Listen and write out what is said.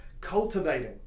cultivating